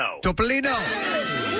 Topolino